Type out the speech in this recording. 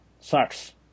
sucks